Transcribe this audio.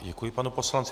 Děkuji panu poslanci.